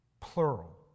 plural